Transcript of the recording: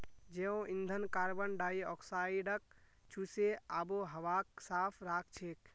जैव ईंधन कार्बन डाई ऑक्साइडक चूसे आबोहवाक साफ राखछेक